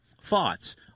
thoughts